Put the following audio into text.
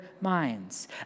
minds